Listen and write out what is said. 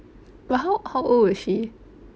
but how old is she